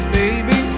baby